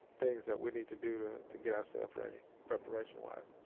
things that we need to do to to get ourselves ready, preparationwise.